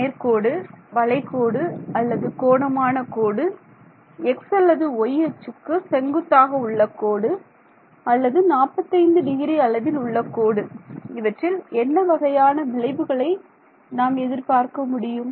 நேர்கோடு வளைகோடு அல்லது கோணமான கோடு x அல்லது y அச்சுக்கு செங்குத்தாக உள்ள கோடு அல்லது 45 டிகிரி அளவில் உள்ள கோடு இவற்றில் என்ன வகையான விளைவுகளை நாம் எதிர்பார்க்க முடியும்